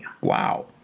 wow